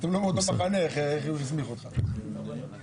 צריך להתקיים פה דיון רציני,